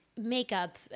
makeup